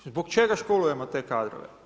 Zbog čega školujemo te kadrove?